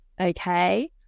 okay